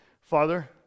Father